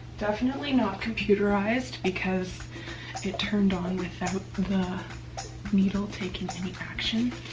definitely not computerized because it turned on without the needle taking any action